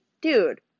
dude